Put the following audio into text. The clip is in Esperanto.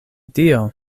dio